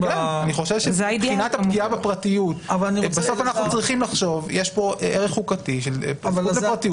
--- מבחינת הפגיעה בפרטיות יש פה ערך חוקתי של הזכות לפרטיות